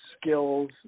skills